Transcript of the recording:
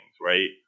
right